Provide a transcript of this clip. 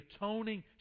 atoning